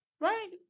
right